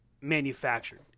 manufactured